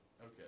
Okay